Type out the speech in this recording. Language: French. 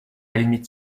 limite